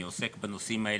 אני עוסק בנושאים האלה.